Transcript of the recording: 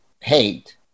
hate